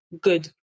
good